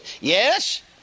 Yes